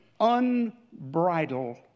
unbridled